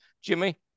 Jimmy